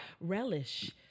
relish